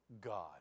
God